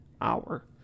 hour